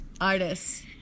artists